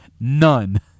none